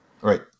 Right